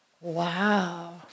Wow